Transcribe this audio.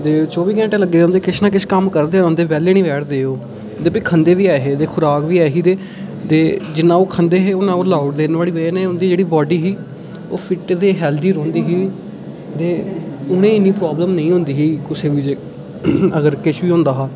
चौह्बी घैंटे किश ना किश करदे रौंह्दे हे बैह्ल्ले निं बैठदे हे ओह् ते फ्ही खंदे बी ऐहे ते जिन्ना ओह् खंदे हे उन्ना ओह् लाई ओड़दे हे एह्दे नै उं'दी जेह्ड़ी बड्डीह् ही ओह् फिट ते हैल्थी रौंह्दी ही ते उ'नें गी कोई प्रॉब्लम नेईं होंदी ही अगर किश बी होंदा हा